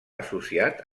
associat